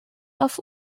auf